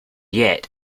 yet